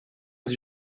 sie